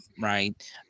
Right